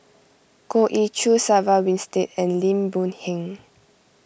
Goh Ee Choo Sarah Winstedt and Lim Boon Heng